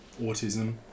autism